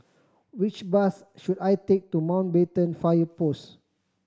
which bus should I take to Mountbatten Fire Post